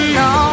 no